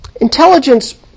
intelligence